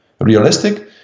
realistic